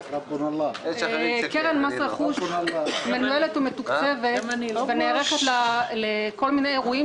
קרן מס רכוש מנוהלת ומתוקצבת ונערכת לכל מיני אירועים